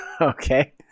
Okay